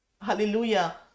hallelujah